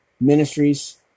Ministries